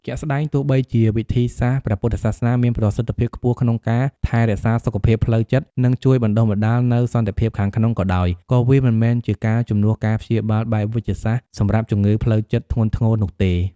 ជាក់ស្តែង ទោះបីជាវិធីសាស្ត្រព្រះពុទ្ធសាសនាមានប្រសិទ្ធភាពខ្ពស់ក្នុងការថែរក្សាសុខភាពផ្លូវចិត្ត និងជួយបណ្ដុះបណ្ដាលនូវសន្តិភាពខាងក្នុងក៏ដោយ ក៏វាមិនមែនជាការជំនួសការព្យាបាលបែបវេជ្ជសាស្ត្រសម្រាប់ជំងឺផ្លូវចិត្តធ្ងន់ធ្ងរនោះទេ។